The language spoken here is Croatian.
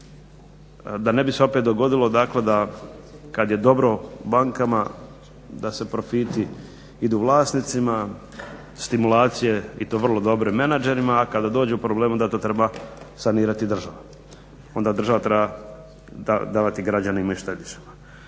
da ne bi se opet dogodilo dakle da kad je dobro bankama da profiti idu vlasnicima, stimulacije i to vrlo dobre menadžerima, a kada dođu problemi onda to treba sanirati država, onda država treba davati građanima i štedišama.